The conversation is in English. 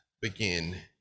begin